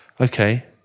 okay